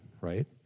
right